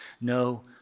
no